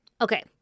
Okay